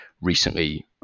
recently